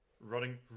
Running